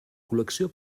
col·lecció